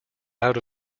out